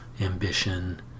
ambition